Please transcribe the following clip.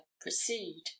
proceed